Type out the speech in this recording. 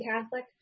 Catholic